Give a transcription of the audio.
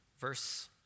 verse